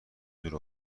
دور